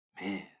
man